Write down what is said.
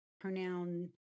pronoun